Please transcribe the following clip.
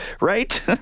right